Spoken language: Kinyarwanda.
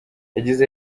yagize